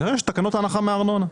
יש את תקנות ההנחה מארנונה.